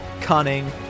cunning